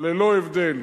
ללא הבדל.